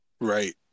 Right